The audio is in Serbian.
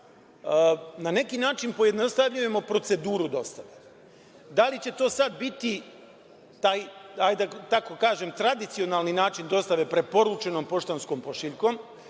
na neki način pojednostavljujemo proceduru dostave. Da li će to sada biti da tako kažem tradicionalni način dostave – preporučenom poštanskom pošiljkom,